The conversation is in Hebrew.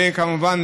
כמובן,